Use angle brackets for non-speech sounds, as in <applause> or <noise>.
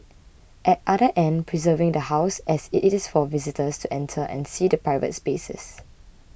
at <unintelligible> end preserving the House as it is for visitors to enter and see the private spaces